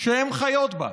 שהן חיות בה.